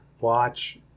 watch